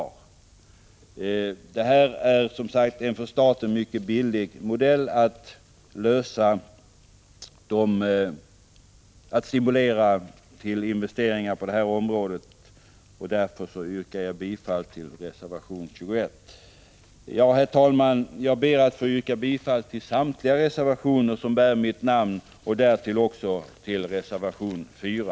En direktavskrivning innebär som sagt en för staten mycket billig modell när det gäller att stimulera till investeringar på det här området. Herr talman! Jag ber att få yrka bifall till samtliga reservationer som bär mitt namn. Därtill yrkar jag bifall även till reservation 4.